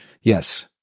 Yes